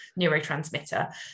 neurotransmitter